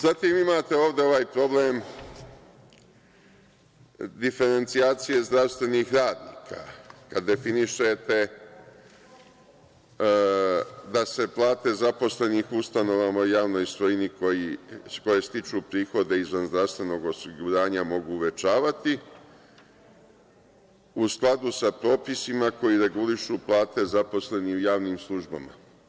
Zatim, imate ovde ovaj problem diferencijacije zdravstvenih radnika, kad definišete da se plate zaposlenih u ustanovama u javnoj svojini iz koje stiču prihode izvan zdravstvenog osiguranja mogu uvećavati, u skladu sa propisima koji regulišu plate zaposlenih u javnim službama.